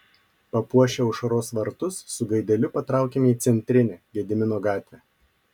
papuošę aušros vartus su gaideliu patraukėme į centrinę gedimino gatvę